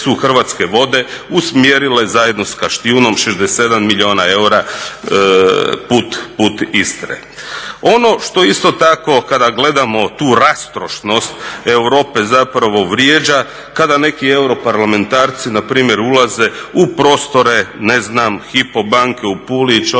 Hrvatske vode usmjerile zajedno sa Kaštijunom 67 milijuna eura put Istre. Ono što isto tako kada gledamo tu rastrošnost Europe zapravo vrijeđa kada neki europarlamentarci npr. ulaze u prostore ne znam Hypo banke u Puli